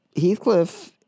Heathcliff